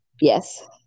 yes